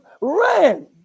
ran